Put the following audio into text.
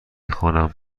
خوانم